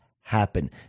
happen